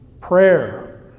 prayer